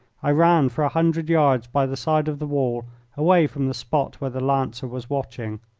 i ran for a hundred yards by the side of the wall away from the spot where the lancer was watching.